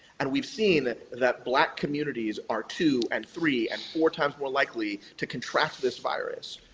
and we've seen that black communities are two and three and four times more likely to contract this virus,